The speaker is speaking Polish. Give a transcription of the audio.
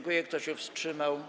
Kto się wstrzymał?